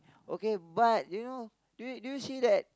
okay but you know do you do you see that